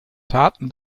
taten